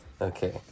Okay